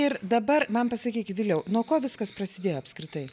ir dabar man pasakyki viliau nuo ko viskas prasidėjo apskritai